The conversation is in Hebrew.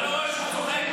אתה לא רואה שהוא צוחק?